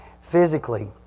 physically